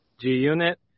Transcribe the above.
G-Unit